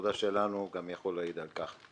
העבודה שלנו גם יכול להעיד על כך.